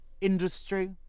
industry